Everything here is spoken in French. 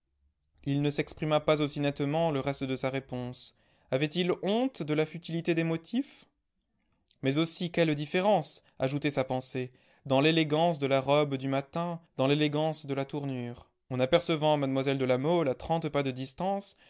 il ne s'exprima pas aussi nettement le reste de sa réponse avait-il honte de la futilité des motifs mais aussi quelle différence ajoutait sa pensée dans l'élégance de la robe du matin dans l'élégance de la tournure en apercevant mlle de la mole à trente pas de distance